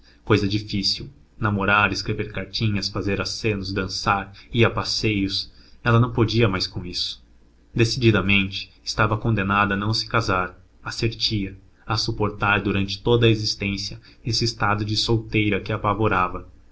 cousa difícil namorar escrever cartinhas fazer acenos dançar ir a passeios ela não podia mais com isso decididamente estava condenada a não se casar a ser tia a suportar durante toda a existência esse estado de solteira que a apavorava